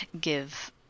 give